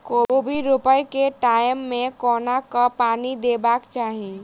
कोबी रोपय केँ टायम मे कोना कऽ पानि देबाक चही?